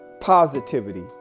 positivity